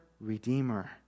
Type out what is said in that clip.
redeemer